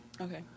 okay